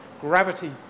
gravity